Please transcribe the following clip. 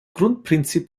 grundprinzip